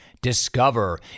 discover